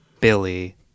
Billy